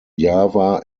java